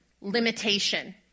limitation